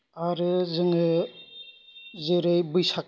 आरो जोङो जेरै बैसाग